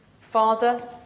Father